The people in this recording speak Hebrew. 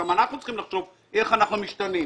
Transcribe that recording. גם אנחנו צריכים לחשוב איך אנחנו משתנים.